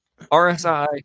RSI